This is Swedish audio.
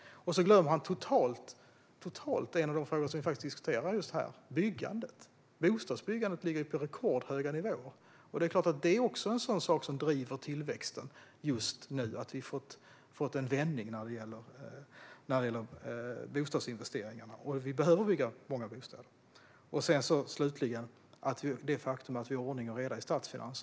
Sedan glömmer Jesper Skalberg Karlsson totalt en av de frågor vi faktiskt diskuterar här, nämligen byggandet. Bostadsbyggandet ligger ju på rekordhöga nivåer, och det är klart att det också driver tillväxten just nu att vi har fått en vändning när det gäller bostadsinvesteringar. Vi behöver bygga många bostäder. Slutligen handlar det om det faktum att vi har ordning och reda i statsfinanserna.